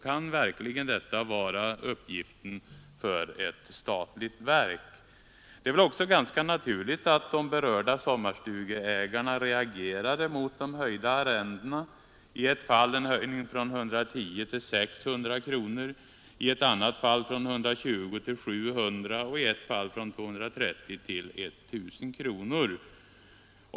Kan verkligen detta vara uppgiften för ett statligt verk? Det är också ganska naturligt att berörda sommarstugeägare reagerar mot de höjda arrendena. I ett fall är det en höjning från 110 kronor till 600 kronor, i ett annat fall från 120 kronor till 700 kronor och i ett tredje fall från 230 kronor till 1000 kronor.